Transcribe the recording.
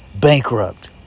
bankrupt